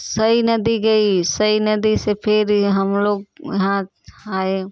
सई नदी गई सई नदी से फिर ये हम लोग वहाँ आए